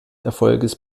erfolges